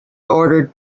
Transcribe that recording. ordered